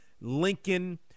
Lincoln